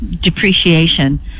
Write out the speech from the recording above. depreciation